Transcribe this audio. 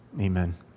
Amen